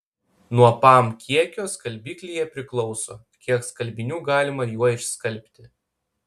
nuo pam kiekio skalbiklyje priklauso kiek skalbinių galima juo išskalbti